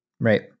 Right